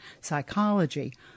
psychology